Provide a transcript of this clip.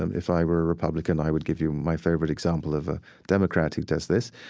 um if i were a republican, i would give you my favorite example of a democrat who does this,